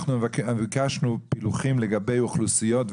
אנחנו ביקשנו פילוחים לגבי אוכלוסיות,